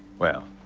well.